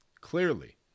clearly